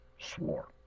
Swore